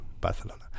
Barcelona